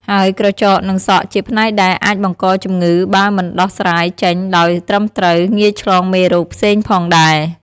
ហើយក្រចក និងសក់ជាផ្នែកដែលអាចបង្កជំងឺបើមិនដោះស្រាយចេញដោយត្រឹមត្រូវ ងាយឆ្លងមេរោគផ្សេងផងដែរ។